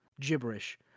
gibberish